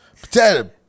Potato